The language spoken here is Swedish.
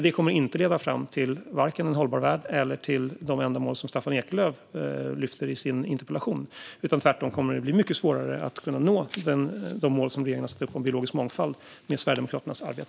Det kommer inte att leda fram till vare sig en hållbar värld eller till de ändamål som Staffan Eklöf lyfter fram i sin interpellation. Tvärtom kommer det att bli mycket svårare att kunna nå de mål som regeringen har satt upp om biologisk mångfald med Sverigedemokraternas arbete.